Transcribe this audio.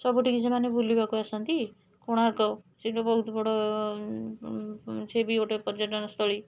ସବୁଠିକି ସେମାନେ ବୁଲିବାକୁ ଆସନ୍ତି କୋଣାର୍କ ସିଏ ବି ବହୁତ ବଡ଼ ସିଏ ବି ଗୋଟେ ପର୍ଯ୍ୟଟନସ୍ଥଳୀ